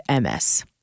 MS